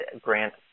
grant